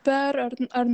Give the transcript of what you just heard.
per ar